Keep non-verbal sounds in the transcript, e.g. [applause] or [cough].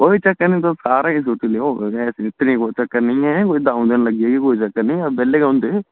कोई चक्कर नि तुस सारे गै सौती लैयो [unintelligible] कोई चक्कर नी ऐ कोई दांऊ दिन लग्गी जाह्ग कोई चक्कर नी अस बेह्ले गै होंदे